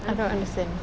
I don't understand